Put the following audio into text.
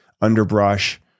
underbrush